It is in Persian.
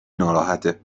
ناراحته